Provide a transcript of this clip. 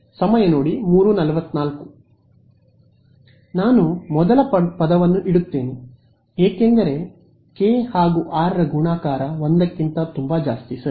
ವಿದ್ಯಾರ್ಥಿ ನಾನು ಮೊದಲ ಪದವನ್ನು ಇಡುತ್ತೇನೆ ಏಕೆಂದರೆ kr 1 ಸರಿ